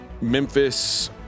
Memphis